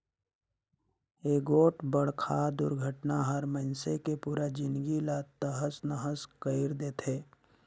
एगोठ बड़खा दुरघटना हर मइनसे के पुरा जिनगी ला तहस नहस कइर देथे